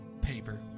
Paper